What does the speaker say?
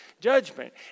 judgment